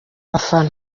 abafana